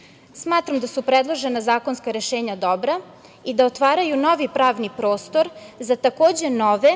oblasti. Smatram da su predložena zakonska rešenja dobra i da otvaraju novi pravni prostor za takođe nove,